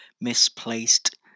misplaced